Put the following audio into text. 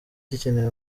gikenewe